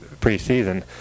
preseason